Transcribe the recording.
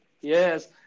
Yes